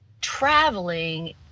traveling